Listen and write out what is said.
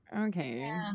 okay